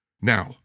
Now